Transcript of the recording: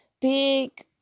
Big